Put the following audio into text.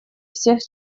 всех